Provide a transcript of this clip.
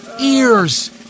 ears